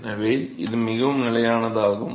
எனவே இது மிகவும் நிலையானதாகும்